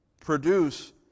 produce